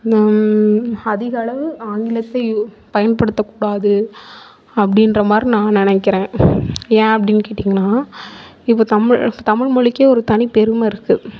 அதிகளவு ஆங்கிலத்தை யூ பயன்படுத்த கூடாது அப்படின்றமாதிரி நான் நினைக்குறேன் ஏன் அப்படின்னு கேட்டிங்கன்னா இது தமிழ் தமிழ்மொழிக்கே ஒரு தனிப்பெருமை இருக்கு